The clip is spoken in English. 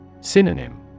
Synonym